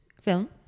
film